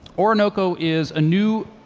orinoco is a new,